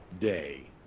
Day